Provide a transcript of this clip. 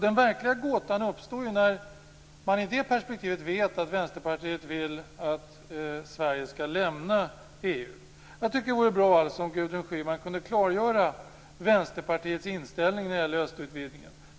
Den verkliga gåtan i det perspektivet uppstår när man vet att Vänsterpartiet vill att Sverige skall lämna EU. Jag tycker därför att det vore bra om Gudrun Schyman kunde klargöra Vänsterpartiets inställning till östutvidgningen.